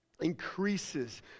increases